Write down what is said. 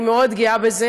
אני מאוד גאה בזה.